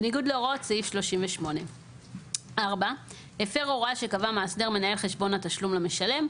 בניגוד להוראות סעיף 38. הפר הוראה שקבע מאסדר מנהל חשבון תשלום למשלם,